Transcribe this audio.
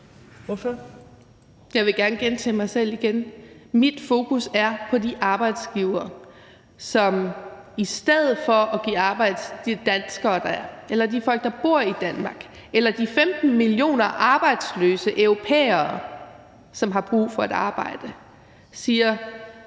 Jeg vil gerne gentage mig selv og sige, at mit fokus er på de arbejdsgivere, som i stedet for at give arbejde til danskere eller til de folk, der bor i Danmark, eller til de 15 millioner arbejdsløse europæere, der har brug for et arbejde, siger: